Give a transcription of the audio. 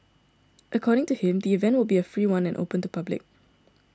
according to him the event will be a free one and open to public